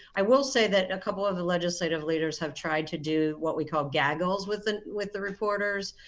i will say that a couple of legislative leaders have tried to do what we call gaggles with the with the reporters,